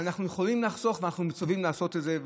אנחנו יכולים לחסוך להם ואנחנו מצווים לעשות את זה,